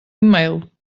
email